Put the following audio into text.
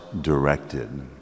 directed